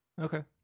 Okay